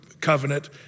covenant